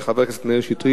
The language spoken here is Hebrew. של חבר הכנסת מאיר שטרית,